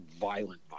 violent